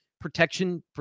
protection